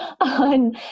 on